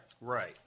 Right